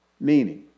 Meaning